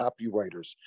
copywriters